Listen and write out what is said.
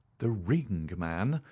the ring, man,